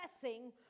pressing